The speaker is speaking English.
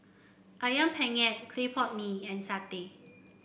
ayam penyet Clay Pot Mee and satay